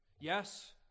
yes